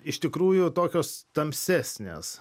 iš tikrųjų tokios tamsesnės